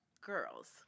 girls